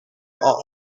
are